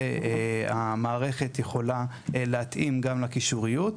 והמערכת יכולה להתאים גם לקישוריות.